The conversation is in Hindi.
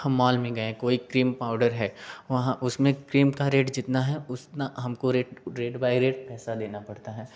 हम मॉल में गए कोई क्रीम पाउडर है वहाँ उसमें क्रीम का रेट जितना है उसना हमको रेट रेट बाइ रेट पैसा देना पड़ता है